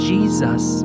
Jesus